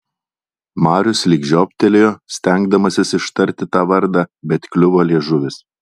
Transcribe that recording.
marius lyg žioptelėjo stengdamasis ištarti tą vardą bet kliuvo liežuvis